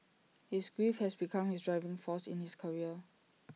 his grief has become his driving force in his career